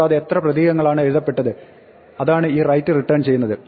കൂടാതെ എത്ര പ്രതീകങ്ങളാണ് എഴുതപ്പെട്ടത് അതാണ് ഈ റൈറ്റ് റിട്ടേൺ ചെയ്യുന്നത്